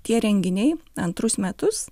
tie renginiai antrus metus